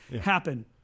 happen